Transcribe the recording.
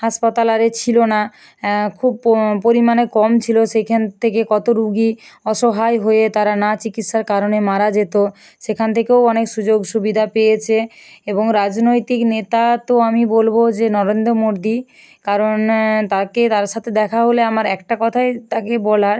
হাসপাতাল আরে ছিল না খুব পরিমাণে কম ছিল সেখান থেকে কত রুগী অসহায় হয়ে তারা না চিকিৎসার কারণে মারা যেতো সেখান থেকেও অনেক সুযোগ সুবিধা পেয়েছে এবং রাজনৈতিক নেতা তো আমি বলবো যে নরেন্দ্র মোদী কারণ তাকে তার সাথে দেখা হলে আমার একটা কথাই তাকে বলার